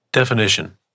Definition